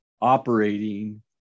operating